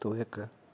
तू इक